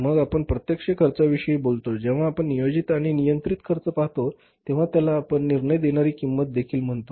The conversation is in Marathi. मग आपण प्रत्यक्ष खर्चाविषयी बोलतो जेव्हा आपण नियोजित किंवा नियंत्रित खर्च पाहतो तेव्हा आपण त्याला निर्णय घेणारी किंमत देखील म्हणतो